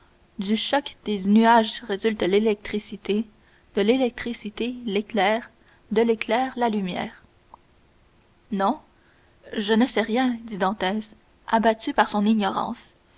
du choc des nuages résulte l'électricité de l'électricité l'éclair de l'éclair la lumière non je ne sais rien dit dantès abattu par son ignorance